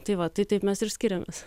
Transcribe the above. tai va tai taip mes ir skiriamės